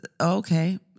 okay